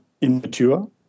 immature